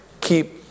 keep